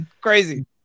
crazy